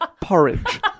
porridge